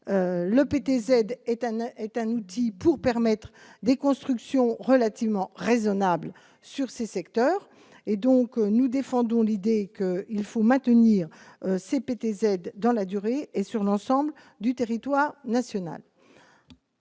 Ethan est un outil pour permettre des constructions relativement raisonnables sur ces secteurs et donc nous défendons l'idée qu'il faut maintenir ces PTZ dans la durée et sur l'ensemble du territoire national.